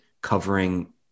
covering